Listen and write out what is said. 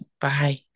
Bye